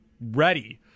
ready